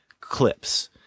clips